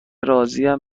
راضیم